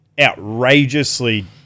outrageously